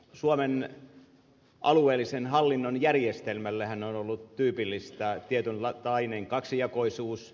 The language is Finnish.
suomen alueellisen hallinnon järjestelmällehän on ollut tyypillistä tietynlainen kaksijakoisuus